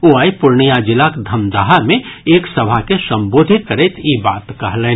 ओ आइ पूर्णियां जिलाक धमदाहा मे एक सभा के संबोधित करैत ई बात कहलनि